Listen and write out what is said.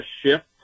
shift